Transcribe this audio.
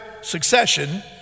succession